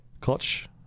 clutch